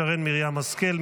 שרן מרים השכל,